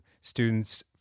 students